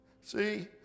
See